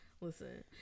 listen